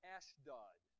Ashdod